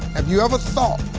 have you ever thought,